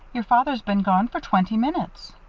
your father's been gone for twenty minutes.